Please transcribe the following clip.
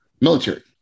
military